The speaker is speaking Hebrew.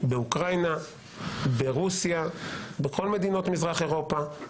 באוקראינה, ברוסיה, בכל מדינות מזרח אירופה,